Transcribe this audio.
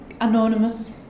anonymous